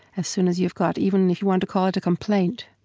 as soon as you've got even and if you want to call it a complaint,